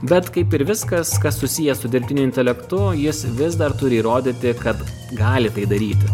bet kaip ir viskas kas susiję su dirbtiniu intelektu jis vis dar turi įrodyti kad gali tai daryti